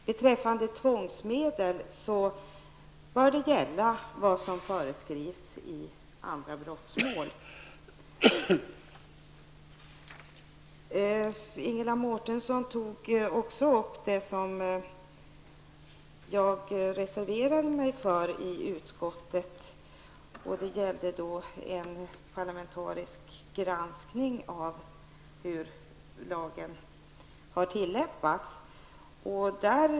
Beträffande tvångsmedel bör samma sak gälla som föreskrivs vid andra brottmål. Ingela Mårtensson tog också upp det som jag reserverade mig för i utskottet. Det gällde en parlamentarisk granskning av hur lagen har tillämpats.